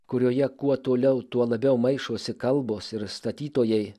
kurioje kuo toliau tuo labiau maišosi kalbos ir statytojai